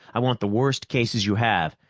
i want the worst cases you have,